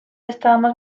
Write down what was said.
estábamos